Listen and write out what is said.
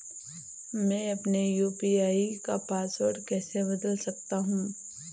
मैं अपने यू.पी.आई का पासवर्ड कैसे बदल सकता हूँ?